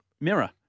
mirror